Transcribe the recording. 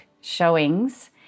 Showings